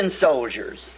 soldiers